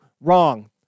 Wrong